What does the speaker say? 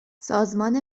سازمان